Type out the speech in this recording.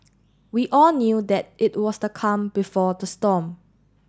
we all knew that it was the calm before the storm